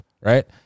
right